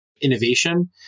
innovation